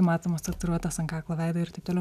matomos tatuiruotės ant kaklo veido ir taip toliau